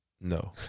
No